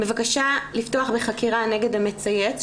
בבקשה לפתוח בחקירה נגד המצייץ,